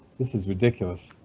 this is ridiculous.